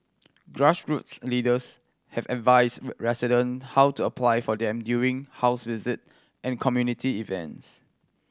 grassroots leaders have advised resident how to apply for them during house visits and community events